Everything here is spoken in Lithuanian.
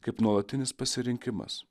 kaip nuolatinis pasirinkimas